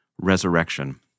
resurrection